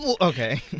Okay